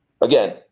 again